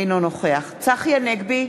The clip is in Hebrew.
אינו נוכח צחי הנגבי,